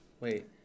wait